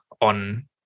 on